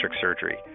surgery